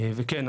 וכן,